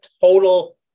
total